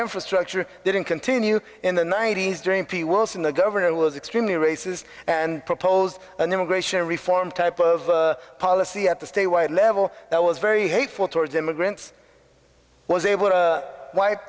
infrastructure didn't continue in the ninety's during pete wilson the governor was extremely racist and proposed an immigration reform type of policy at the state level that was very hateful towards immigrants was able to w